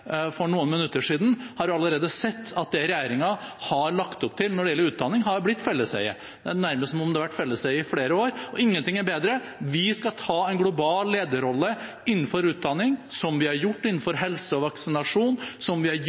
for noen minutter siden, allerede sett at det regjeringen har lagt opp til når det gjelder utdanning, har blitt felleseie – det er nærmest som om det har vært felleseie i flere år. Og ingenting er bedre. Vi skal ta en global lederrolle innenfor utdanning, som vi har gjort innenfor helse og vaksinasjon, som vi har gjort